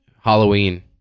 Halloween